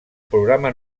programa